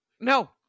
No